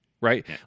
right